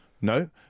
No